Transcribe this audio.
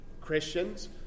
Christians